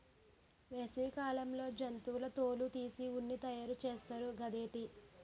వేసవి కాలంలో జంతువుల తోలు తీసి ఉన్ని తయారు చేస్తారు గదేటి